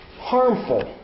harmful